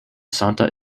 santa